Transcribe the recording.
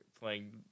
playing